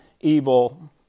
evil